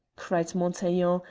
cried montaiglon,